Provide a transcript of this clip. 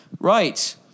right